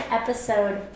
episode